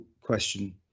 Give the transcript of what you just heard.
question